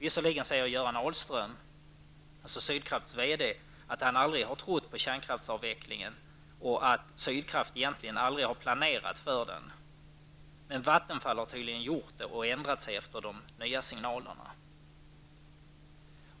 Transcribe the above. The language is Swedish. Sydkrafts VD Göran Ahlström säger att han aldrig har trott på en kärnkraftsavveckling och att Sydkraft egentligen aldrig har planerat för en avveckling. Vattenfall har tydligen gjort det och ändrar sig nu efter nya signaler.